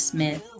Smith